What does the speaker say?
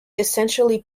essentially